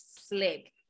slick